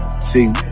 See